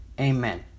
amen